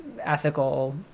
ethical